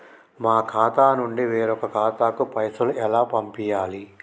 మా ఖాతా నుండి వేరొక ఖాతాకు పైసలు ఎలా పంపియ్యాలి?